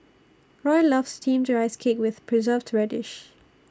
Roy loves Steamed Rice Cake with Preserved Radish